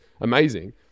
amazing